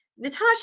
Natasha